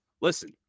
Listen